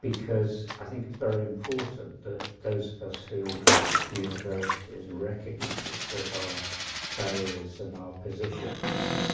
because i think it's very important that those of us who in universities recognise that our salaries and our position